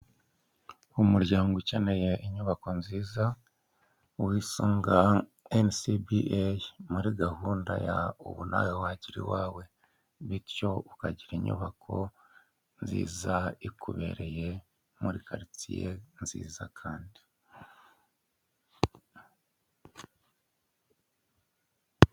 Umuryango ukeneye inyubako nziza wisunga NCBA muri gahunda ya ubu nawe wagira iwawe, bityo ukagira inyubako nziza ikubereye muri karitsiye nziza kandi.